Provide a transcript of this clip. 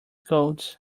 codes